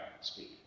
speak